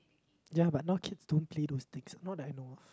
ya but now kids don't play those things not that I know of